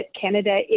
Canada